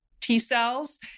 T-cells